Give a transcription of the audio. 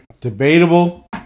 Debatable